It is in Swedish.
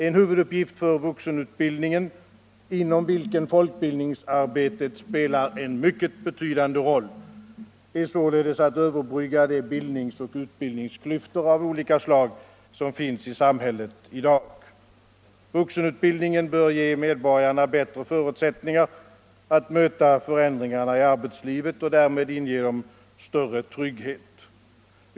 En huvuduppgift för vuxenutbildningen, inom vilken folkbildningsarbetet spelar en mycket betydande roll, är således att överbrygga de bildningsoch utbildningsklyftor av olika slag som finns i samhället i dag. Vuxenutbildningen bör ge medborgarna bättre förutsättningar att möta förändringarna i arbetslivet och därmed större trygghet.